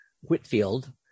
Whitfield